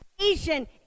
asian